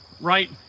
right